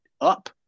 up